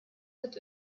wird